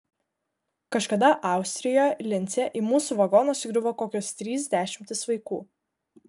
kažkada austrijoje lince į mūsų vagoną sugriuvo kokios trys dešimtys vaikų